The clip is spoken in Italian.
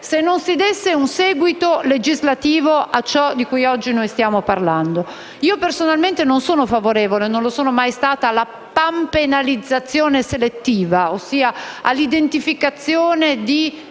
se non si desse un seguito legislativo a ciò di cui oggi stiamo parlando. Personalmente non sono favorevole, non lo sono mai stata, alla pan-penalizzazione selettiva, ossia all'identificazione di